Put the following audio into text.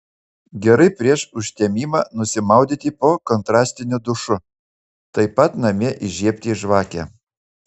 gerai prieš užtemimą nusimaudyti po kontrastiniu dušu taip pat namie įžiebti žvakę